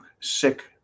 sick